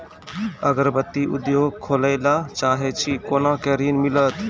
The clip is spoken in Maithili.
अगरबत्ती उद्योग खोले ला चाहे छी कोना के ऋण मिलत?